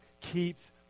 keeps